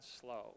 slow